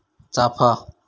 चाफा